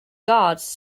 guards